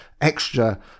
extra